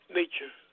nature